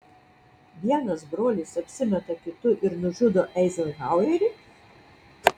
vienas brolis apsimeta kitu ir nužudo eizenhauerį